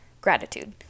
Gratitude